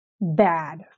bad